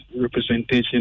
representation